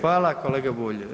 Hvala, kolega Bulj.